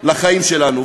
לחיים שלנו.